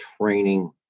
training